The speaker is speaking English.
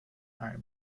are